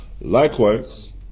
Likewise